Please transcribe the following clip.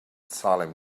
salem